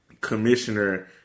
Commissioner